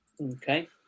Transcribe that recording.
okay